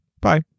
Bye